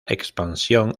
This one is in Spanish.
expansión